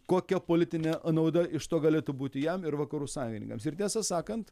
kokia politinė a nauda iš to galėtų būti jam ir vakarų sąjungininkams ir tiesą sakant